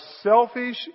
selfish